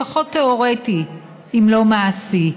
לפחות תיאורטי אם לא מעשי,